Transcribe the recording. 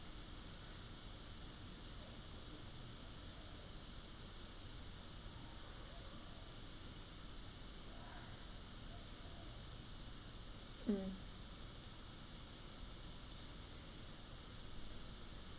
mm